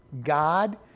God